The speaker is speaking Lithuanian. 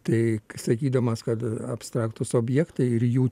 tai sakydamas kad abstraktūs objektai ir jų